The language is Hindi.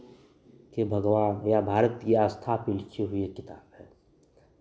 के भगवान या भारत की आस्था पे लिखी हुई ये किताब है